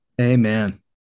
Amen